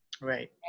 Right